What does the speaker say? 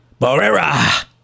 Barrera